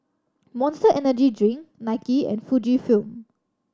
Monster Energy Drink Nike and Fujifilm